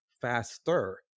faster